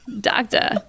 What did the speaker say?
Doctor